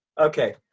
Okay